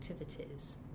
activities